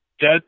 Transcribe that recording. dead